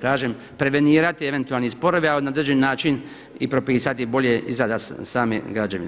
kažem prevenirati eventualni sporovi, a na određeni način i propisati bolja izrada same građevine.